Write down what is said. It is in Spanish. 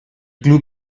club